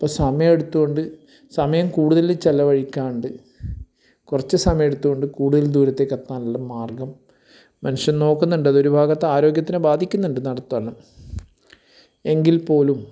അപ്പം സമയമെടുത്തു കൊണ്ട് സമയം കൂടുതൽ ചിലവഴിക്കാതെ കുറച്ച് സമയം എടുത്തുകൊണ്ട് കൂടുതൽ ദൂരത്തേക്ക് എത്താനുള്ള മാർഗം മനുഷ്യൻ നോക്കുന്നുണ്ട് അത് ഒരു ഭാഗത്ത് ആരോഗ്യത്തിനെ ബാധിക്കുന്നുമുണ്ട് നടത്തം എല്ലാം എങ്കിൽപ്പോലും